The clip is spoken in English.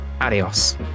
adios